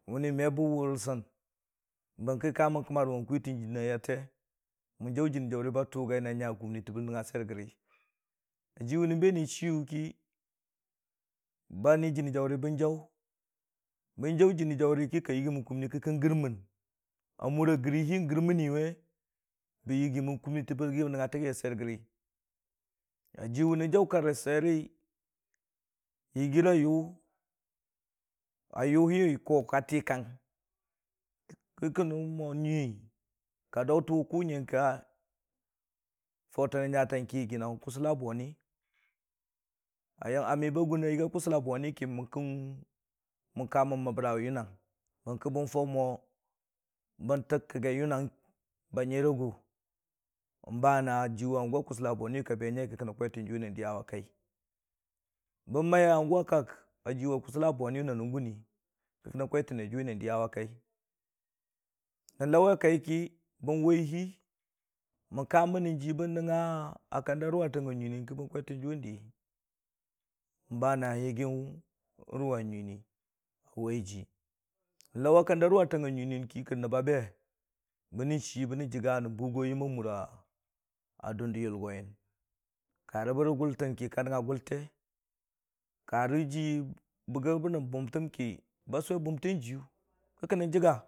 Mənni ma bə wʊ rə sən bən kə ka mən farə mo bən kwi tən jɨnii a yate, mən saʊ jɨnii jaʊri ba tʊgai na nya kumni tə bən nəngnga swiyer gəri jiwʊ nən be nən chigʊ ki ba ni jɨnii jaʊri bən jaʊ, bən jaʊ jɨnii jarri ki ka yɨgii mən kɨmni kə kən gərmən a muri a gəri hi n'gərməni we bə yɨgiimən kɨmni tə bən nəngnga swiyer gəri, jiwun nən jaɨ kak rə swiyeri yɨgiira yɨ, a yʊ hi koo ka tii kang kən nən mo nyɨii koo ka tɨ kang ka daɨtən kɨ nyəngka, faʊtang nən nyatən ki, yɨgii kusəlla bɨni ami ba gʊn yɨgii kʊsəlla bʊni ki, mən kən, mə ka mən məbbəra we yɨnang bərki bən far mo bən tɨk kəgai yɨnan banyi rə gʊ, ba na jiwe hangʊ a kʊsəlla wi bʊni ki ka be ngai nən kwitən jʊwi nən diyawa kai bən mai hangʊ akaka a jiwe kʊsəlla bʊni na nən gʊni kə kənən kwaitə ne jʊwi nən diya wa kai nən lawe a kai ki bən wai hi mən ka manni ji bən nəngnga a kanda ruwa tangnga nyiinii ki bən kwaitən jʊwi n'di ba na yɨgii ruwa nyiinii awai ji, nən lawa kan da ruwa tangnga nyii nii ki nəb ba be bənən chi nən jəgga nən bugo yəm ma mura dʊn də. Yʊlgoyəngi ka rə bə nən gʊltən kə ka nən gʊlte, ka rə ji bəgai bə nən bʊmtəm ki kə ka sʊwe bʊmtan jiwʊ.